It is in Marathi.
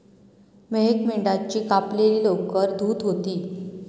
मेहक मेंढ्याची कापलेली लोकर धुत होती